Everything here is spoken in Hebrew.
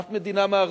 אף מדינה מערבית